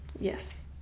Yes